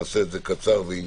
נעשה את זה קצר וענייני.